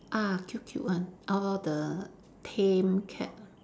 ah cute cute one all the tame cat